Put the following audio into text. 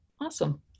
Awesome